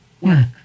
work